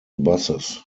buses